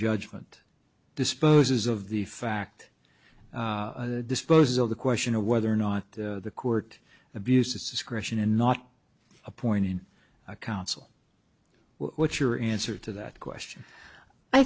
judgment disposes of the fact disposal the question of whether or not the court abuses discretion in not appointing a counsel what's your answer to that question i